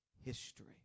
history